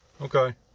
Okay